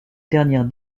dernière